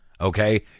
okay